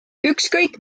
ükskõik